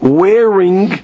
wearing